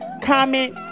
comment